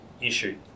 issue